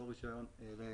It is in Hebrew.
לא רישיון לעיסוק.